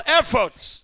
efforts